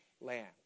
land